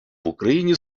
україні